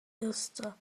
easter